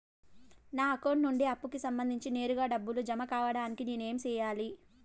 నా అకౌంట్ నుండి అప్పుకి సంబంధించి నేరుగా డబ్బులు జామ కావడానికి నేను ఏమి సెయ్యాలి?